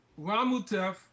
Ramutef